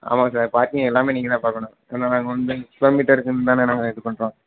ஆமாம் sir parking எல்லாமே நீங்கள் தான் பார்க்கணும் ஏன்னா நாங்கள் வந்து கிலோமீட்டருக்குன் தானே நாங்கள் இது பண்ணுறோம்